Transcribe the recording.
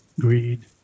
greed